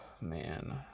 man